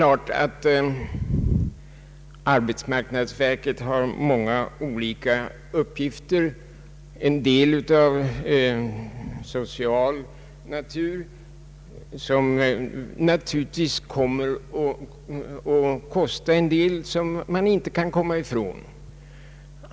Arbetsmarknadsverket har många olika uppgifter — en del av social natur som naturligtvis kommer att medföra kostnader som vi inte kan komma ifrån.